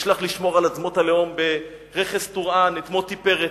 לשמור על אדמות הלאום ברכס טורען, את מוטי פרץ,